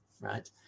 right